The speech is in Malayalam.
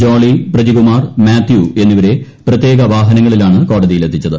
ജോളി പ്രജികുമാർ മാത്യു എന്നിവരെ പ്രത്യേക വാഹനങ്ങളിലാണ് കോടതിയിൽ എത്തിച്ചത്